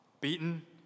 beaten